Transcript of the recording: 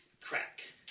crack